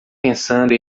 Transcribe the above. pensando